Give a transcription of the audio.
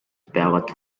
peavad